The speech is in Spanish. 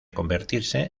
convertirse